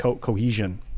cohesion